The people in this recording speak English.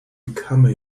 become